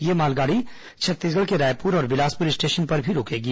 यह मालगाड़ी छत्तीसगढ़ के रायपुर और बिलासपुर स्टेशन पर भी रूकेगी